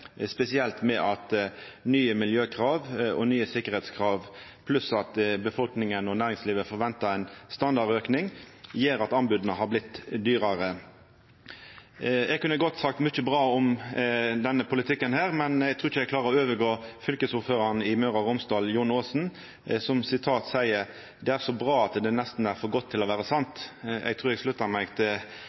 spesielt med at nye miljø- og sikkerheitskrav – i tillegg til at befolkninga og næringslivet forventar ein standardauke – gjer at anboda har vorte dyrare. Eg kunne godt sagt mykje bra om denne politikken, men eg trur ikkje eg klarar å overgå fylkesordføraren i Møre og Romsdal, Jon Aasen, som seier: «Det er så bra at det er nesten for godt til å være sant.» Eg trur eg sluttar meg til